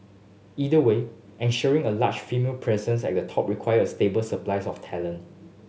either way ensuring a larger female presence at the top requires a stable supplies of talent